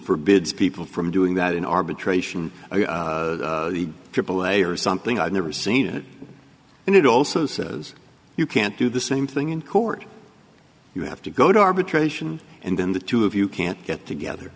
forbids people from doing that in arbitration or the aaa or something i've never seen it and it also says you can't do the same thing in court you have to go to arbitration and then the two of you can't get together